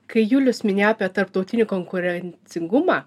kai julius minėjo apie tarptautinį konkurencingumą